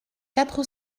quatre